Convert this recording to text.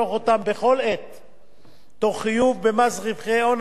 תוך חיוב במס רווחי הון על הרווחים שהצטברו, בלבד,